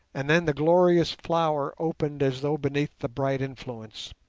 and then the glorious flower opened as though beneath the bright influence.